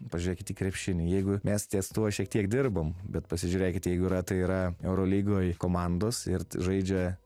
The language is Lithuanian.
pažiūrėkit į krepšinį jeigu mes ties tuo šiek tiek dirbom bet pasižiūrėkit jeigu yra tai yra eurolygoj komandos ir žaidžia